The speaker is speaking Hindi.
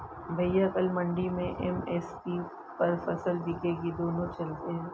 भैया कल मंडी में एम.एस.पी पर फसल बिकेगी दोनों चलते हैं